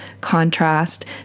contrast